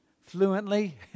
fluently